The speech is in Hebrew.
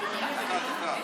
תביא לי את זה.